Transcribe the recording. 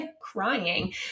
crying